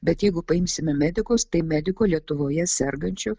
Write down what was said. bet jeigu paimsime medikus tai medikų lietuvoje sergančių